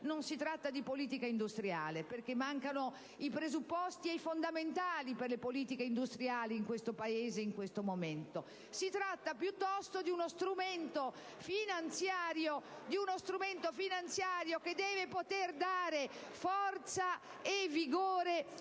non si tratta di politica industriale, perché mancano i presupposti e i fondamentali per le politiche industriali nel nostro Paese in questo momento. *(Applausi dal Gruppo PD).* Si tratta piuttosto di uno strumento finanziario che deve poter dare forza e vigore